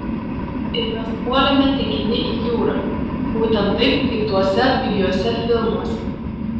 ir mes puolėme tekini į jūrą būtent taip kaip tuose pigiuose filmuose